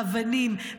האבנים,